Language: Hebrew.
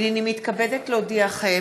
הינני מתכבדת להודיעכם,